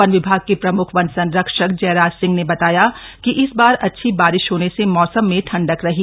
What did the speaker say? one विभाग के प्रम्ख वन संरक्षक जयराज सिंह ने बताया कि इस बार अच्छी बारिश होने से मौसम में ठंडक रही